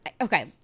Okay